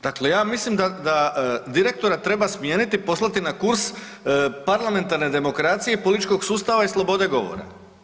Dakle, ja mislim da direktora treba smijeniti i poslati na kurs parlamentarne demokracije i političkog sustava i slobode govora.